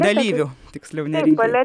dalyvių tiksliau ne rinkė